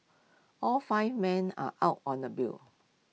all five men are out on the bail